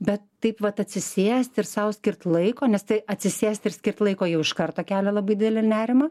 bet taip vat atsisėsti ir sau skirt laiko nes tai atsisėst ir skirt laiko jau iš karto kelia labai didelį nerimą